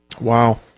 Wow